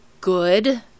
good